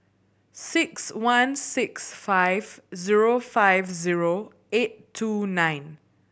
six one six five zero five zero eight two nine